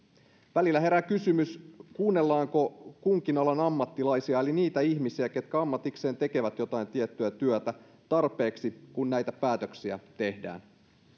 välillä herää kysymys kuunnellaanko kunkin alan ammattilaisia eli niitä ihmisiä ketkä ammatikseen tekevät jotain tiettyä työtä tarpeeksi kun näitä päätöksiä tehdään